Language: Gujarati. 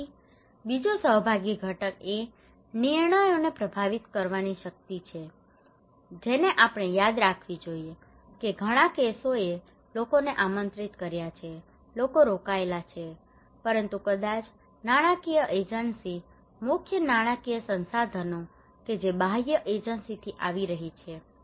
પછી બીજો સહભાગી ઘટક એ નિર્ણયોને પ્રભાવિત કરવાની શક્તિ છે જેને આપણે યાદ રાખવી જોઈએ કે ઘણા કેસોએ લોકોને આમંત્રિત કર્યા છે લોકો રોકાયેલા છે પરંતુ કદાચ નાણાકીય એજન્સી મુખ્ય નાણાકીય સંસાધનો કે જે બાહ્ય એજન્સીઓથી આવી રહી છે